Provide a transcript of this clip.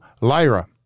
Lyra